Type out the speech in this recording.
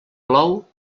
plou